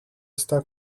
está